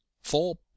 Four